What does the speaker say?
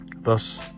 thus